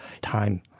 time